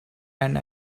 and